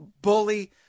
Bully